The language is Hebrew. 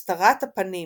הסתרת הפנים,